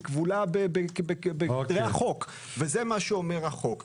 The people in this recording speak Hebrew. היא כבולה בכבלי החוק, וזה מה שאומר החוק.